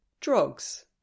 Drugs